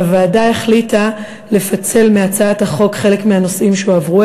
הוועדה החליטה לפצל מהצעת החוק חלק מהנושאים שהועברו